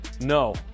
No